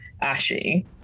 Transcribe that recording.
Ashy